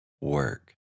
Work